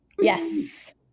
Yes